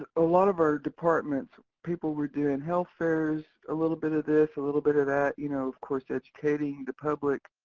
a lot of our departments, people were doing health fairs, a little bit of this, a little bit of that, you know, of course, educating the public